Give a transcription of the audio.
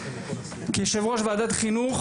כיושב-ראש ועדת החינוך,